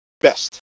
best